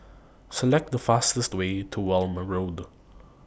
Select The fastest Way to Welm Road